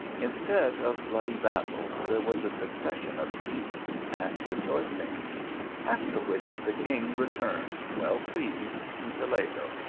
instead of bloody battles, there was a suc cession of feasts and rejoicings after which, the king returned well pleased to toledo,